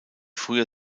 früher